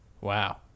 Wow